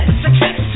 success